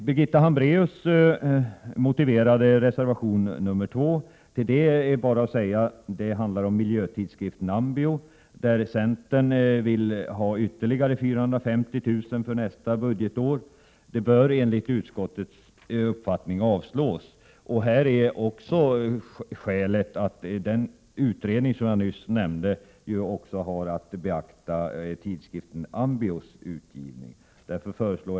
Birgitta Hambraeus pläderade för reservation 2, som handlar om miljötidskriften AMBIO. Centern vill att ytterligare 450 000 kr. anslås till denna för nästa budgetår. Detta yrkande bör enligt utskottets uppfattning avslås. Skälet är att den utredning som jag nyss nämnde har att beakta även frågan om tidskriften AMBIO:s utgivning.